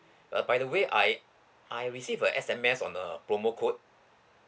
uh by the way I I receive a S_M_S on the promo code